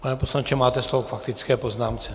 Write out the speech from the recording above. Pane poslanče, máte slovo k faktické poznámce.